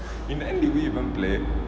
in the end did we even play